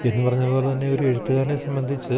A ന്നു പറഞ്ഞത് പോലെ തന്നെ ഒരു എഴുത്തുകാരനെ സംബന്ധിച്ചു